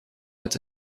met